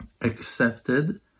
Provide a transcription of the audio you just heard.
accepted